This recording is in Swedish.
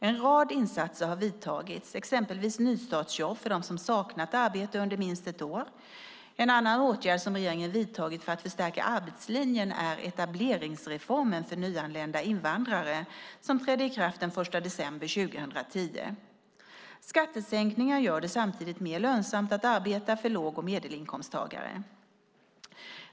En rad insatser har vidtagits, exempelvis nystartsjobb för dem som saknat arbete under minst ett år. En annan åtgärd som regeringen vidtagit för att förstärka arbetslinjen är etableringsreformen för nyanlända invandrare som trädde i kraft den 1 december 2010. Skattesänkningar gör det samtidigt mer lönsamt att arbeta för låg och medelinkomsttagare.